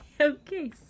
Okay